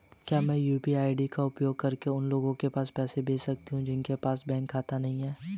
क्या मैं यू.पी.आई का उपयोग करके उन लोगों के पास पैसे भेज सकती हूँ जिनके पास बैंक खाता नहीं है?